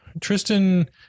Tristan